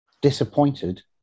disappointed